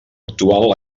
actual